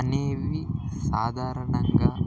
అనేవి సాధారణంగా